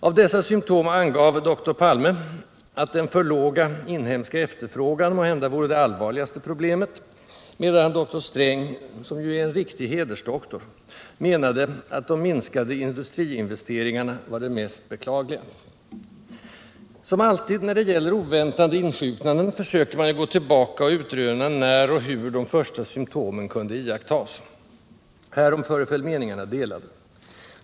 Av dessa symptom angav doktor Palme att den för låga inhemska efterfrågan måhända vore det allvarligaste problemet, medan doktor Sträng — som ju är en riktig hedersdoktor — menade att de minskade industriinvesteringarna vore det mest beklagliga. Som alltid när det gäller oväntade insjuknanden försöker man ju gå tillbaka och utröna, när och hur de första symptomen kunde iakttas. Härom föreföll meningarna delade.